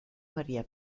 maria